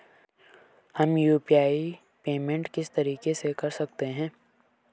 हम UPI payment किस तरीके से कर सकते हैं?